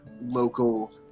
local